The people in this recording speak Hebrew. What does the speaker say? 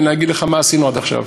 אלא להגיד לך מה עשינו עד עכשיו,